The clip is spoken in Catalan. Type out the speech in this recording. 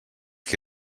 qui